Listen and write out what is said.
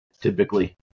typically